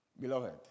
Beloved